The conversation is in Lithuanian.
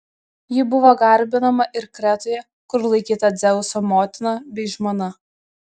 ji buvo garbinama ir kretoje kur laikyta dzeuso motina bei žmona